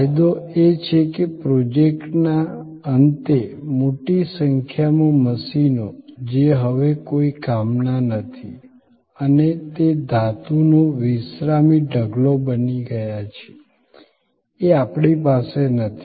ફાયદો એ છે કે પ્રોજેક્ટના અંતે મોટી સંખ્યામાં મશીનો જે હવે કોઈ કામના નથી અને તે ધાતુનો વિશ્રામી ઢગલો બની ગયા છે એ આપણી પાસે નથી